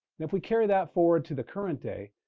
and if we carry that forward to the current day,